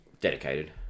dedicated